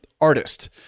artist